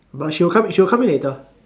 but she will she will come in later